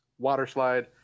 Waterslide